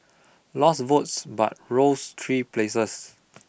lost votes but rose three places